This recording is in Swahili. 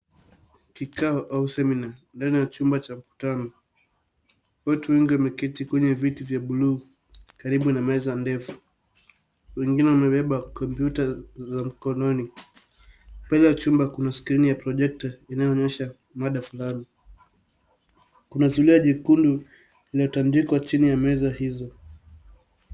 Kikao au seminar ndani ya chumba cha mkutano. Watu wengi wameketi kwenye viti vya bluu, karibu na meza ndefu. Wengine wamebeba kompyuta za mkononi. Mbele ya chumba kuna skrini ya projector inayoonyesha mada flani. Kuna zulia jekundu lililotandikwa chini ya meza hizo.